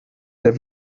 der